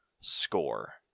score